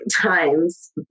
times